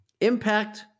impact